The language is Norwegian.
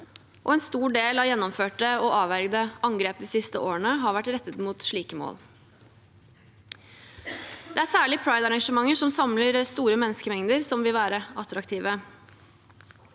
og en stor del av gjennomførte og avvergede angrep de siste årene har vært rettet mot slike mål. – Det er særlig pride-arrangementer som samler store menneskemengder, som vil være attraktive